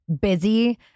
busy